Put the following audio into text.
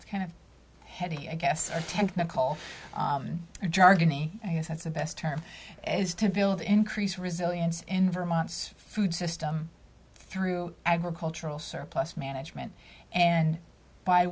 it's kind of heavy i guess technical jargon e i guess that's the best term is to build increase resilience in vermont's food system through agricultural surplus management and by